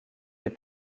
des